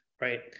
right